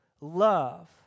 love